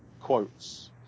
quotes